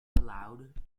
allowed